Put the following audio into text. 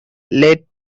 late